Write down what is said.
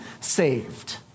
saved